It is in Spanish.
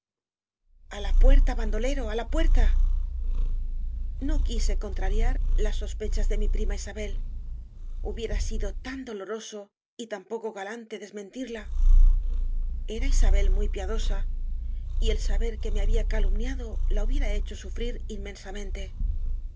la puerta bandolero a la puerta no quise contrariar las sospechas de mi prima isabel hubiera sido tan doloroso y tan poco galante desmentirla era isabel muy piadosa y el saber que me había calumniado la hubiera hecho sufrir inmensamente